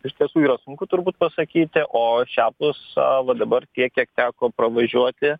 iš tiesų yra sunku turbūt pasakyti o šiapus va dabar tiek kiek teko pravažiuoti